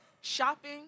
shopping